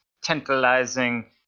tantalizing